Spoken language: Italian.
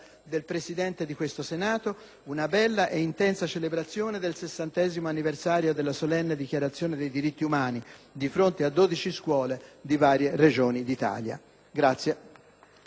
del Presidente del Senato - una bella e intensa celebrazione del sessantesimo anniversario della solenne Dichiarazione dei diritti umani di fronte a 12 scuole di varie Regioni d'Italia.